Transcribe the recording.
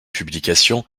publications